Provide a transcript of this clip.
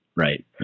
Right